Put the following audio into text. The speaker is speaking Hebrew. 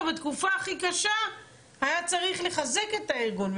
בתקופה הכי קשה היה צריך לחזק את הארגון,